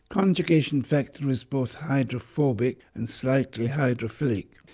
conjugation factor is both hydrophobic and slightly hydrophilic.